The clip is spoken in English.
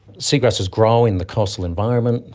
seagrasses grow in the coastal environment.